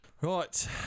right